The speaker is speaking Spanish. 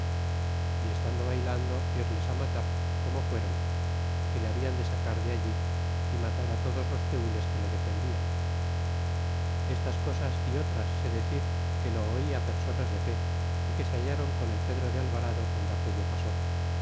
y estando baylando irles matar como fuéron y que le habian de sacar de allí y matar todos los tenles que le defendian estas cosas y otras sé decir que lo oí personas de fe y que se hallaron con el pedro de alvarado guando aquello pasó